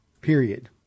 Period